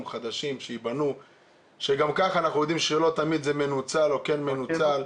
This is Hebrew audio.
חדשים שיבנו שגם כך אנחנו יודעים שלא תמיד זה מנוצל או כן מנוצל.